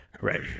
Right